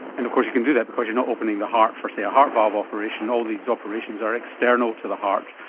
and of course you can do that because you're not opening the heart for, say, a heart valve operation. all these operations are external to the heart,